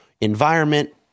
environment